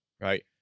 Right